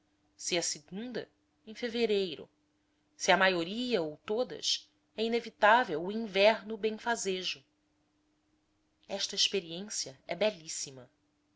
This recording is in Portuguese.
se a segunda em fevereiro se a maioria ou todas é inevitável o inverno benfazejo sta experiência é belíssima